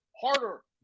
harder